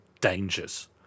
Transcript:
dangers